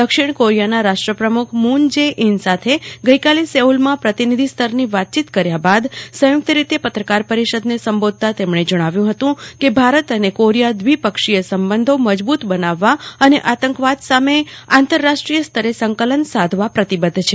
દક્ષિણ કોરિયાના રાષ્ટ્રપ્રમુખ મુન જે ઇન સાથે આજે સેઉલમાં પ્રતિનિધિ સ્તરની વાતચીત કર્યા બાદ સંયુક્ત રીતે પત્રકાર પરિષદને સંબોધતાં તેમણે જણાવ્યું હતું કેભારત અને કોરિયા દ્વિપક્ષીય સંબંધો મજબૂત બનાવવા અને આતંકવાદ સામે આંતરરાષ્ટ્રીય સ્તરે સંકલન સાધવાં પ્રતિબદ્ધ છે